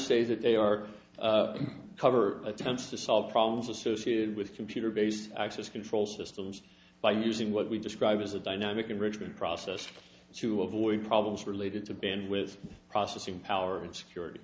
say that they are cover attempts to solve problems associated with computer based access control systems by using what we describe as a dynamic enrichment process to avoid problems related to bend with processing power and security